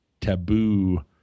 taboo